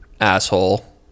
asshole